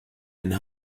and